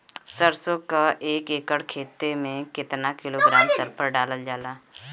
सरसों क एक एकड़ खेते में केतना किलोग्राम सल्फर डालल जाला?